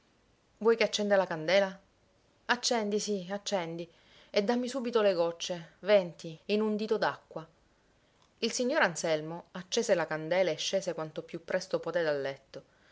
vuoi che accenda la candela accendi sì accendi e dammi subito le gocce venti in un dito d'acqua il signor anselmo accese la candela e scese quanto più presto poté dal letto